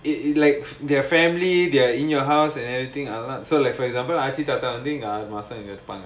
it it like their family they are in your house and everything or not so like for example பாட்டி தாத்தா வந்து ஆறு மாசம் இங்க இருப்பாங்க:paati thatha vandhu aaru maasam inga irupaanga